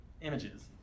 images